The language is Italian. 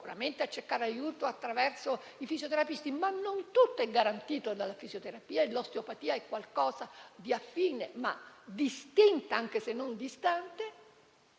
Ovviamente lo hanno fatto attraverso i fisioterapisti, ma non tutto è garantito dalla fisioterapia, e l'osteopatia è qualcosa di affine, ma distinta anche se non distante.